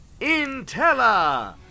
Intella